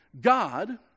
God